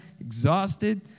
exhausted